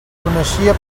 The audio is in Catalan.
coneixia